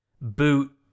boot